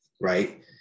right